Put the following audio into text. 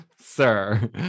sir